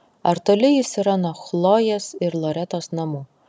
ar toli jis yra nuo chlojės ir loretos namų